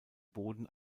boden